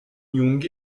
young